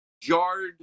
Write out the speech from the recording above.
jarred